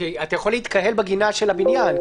אתה יכול להתקהל בגינה של הבניין,